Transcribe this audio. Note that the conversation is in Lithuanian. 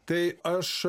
tai aš